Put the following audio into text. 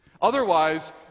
Otherwise